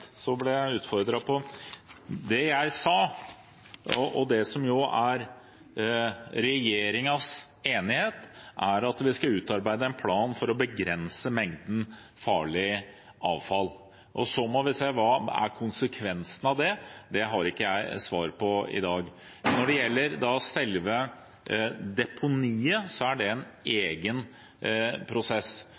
Det jeg sa, og det som er regjeringens enighet, er at vi skal utarbeide en plan for å begrense mengden farlig avfall. Så må vi se hva konsekvensen av det er. Det har ikke jeg svar på i dag. Når det gjelder selve deponiet, er det en egen prosess,